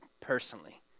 personally